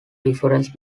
difference